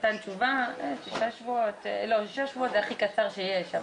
שישה שבועות זה הכי קצר שיש.